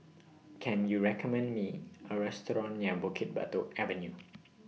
Can YOU recommend Me A Restaurant near Bukit Batok Avenue